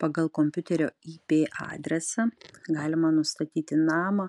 pagal kompiuterio ip adresą galima nustatyti namą